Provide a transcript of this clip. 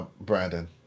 Brandon